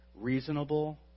reasonable